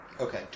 Okay